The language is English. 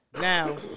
Now